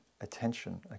attention